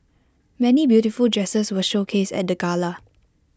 many beautiful dresses were showcased at the gala